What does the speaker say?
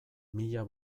mila